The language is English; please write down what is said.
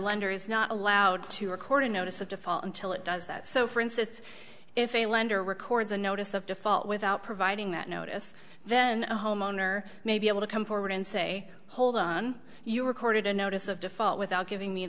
lender is not allowed to record a notice of default until it does that so for instance if a lender records a notice of default without providing that notice then the homeowner may be able to come forward and say hold on you recorded a notice of default without giving me